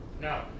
No